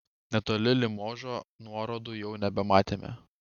netoli limožo nuorodų jau nebematėme